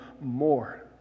more